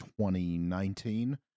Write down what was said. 2019